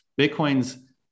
Bitcoin's